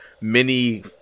mini